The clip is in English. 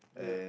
yup